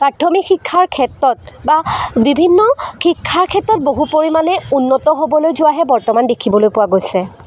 প্ৰাথমিক শিক্ষাৰ ক্ষেত্ৰত বা বিভিন্ন শিক্ষাৰ ক্ষেত্ৰত বহু পৰিমাণে উন্নত হ'বলৈ যোৱাহে বৰ্তমান দেখিবলৈ পোৱা গৈছে